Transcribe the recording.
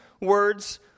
words